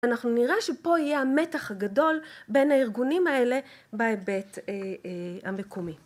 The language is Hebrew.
אנחנו נראה שפה יהיה המתח הגדול בין הארגונים האלה, בהיבט המקומי